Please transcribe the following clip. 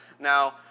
Now